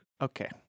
Okay